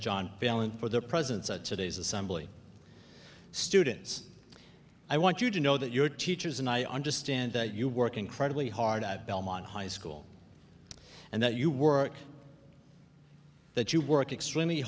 john allen for the presence of today's assembly students i want you to know that your teachers and i understand that you work incredibly hard at belmont high school and that you work that you work extremely